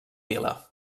vila